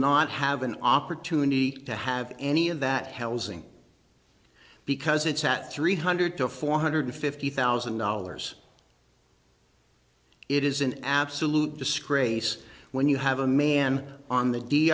not have an opportunity to have any of that housing because it's at three hundred to four hundred fifty thousand dollars it is an absolute disgrace when you have a man on the d